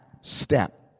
step